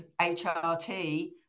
HRT